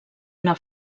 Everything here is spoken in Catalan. una